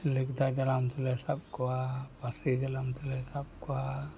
ᱞᱮᱵᱽᱫᱟ ᱡᱟᱞᱟᱢ ᱛᱮᱞᱮ ᱥᱟᱵ ᱠᱚᱣᱟ ᱯᱟᱹᱥᱤ ᱡᱟᱞᱟᱢ ᱛᱮᱞᱮ ᱥᱟᱵ ᱠᱚᱣᱟ